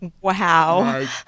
wow